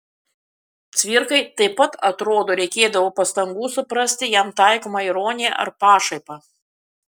cvirkai taip pat atrodo reikėdavo pastangų suprasti jam taikomą ironiją ar pašaipą